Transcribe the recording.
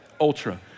ultra